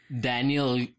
Daniel